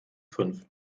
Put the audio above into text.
fünf